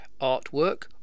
artwork